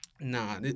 nah